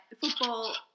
football